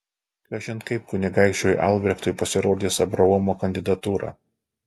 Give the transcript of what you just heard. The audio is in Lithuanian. kažin kaip kunigaikščiui albrechtui pasirodys abraomo kandidatūra